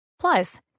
Plus